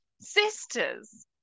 sisters